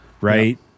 Right